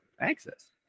access